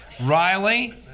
Riley